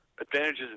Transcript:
advantages